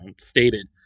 stated